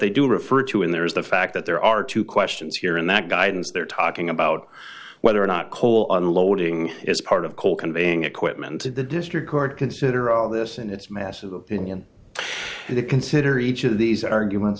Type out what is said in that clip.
they do refer to in there is the fact that there are two questions here and that guidance they're talking about whether or not coal unloading is part of coal conveying equipment to the district court consider all this and its massive opinion to consider each of these arguments